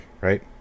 right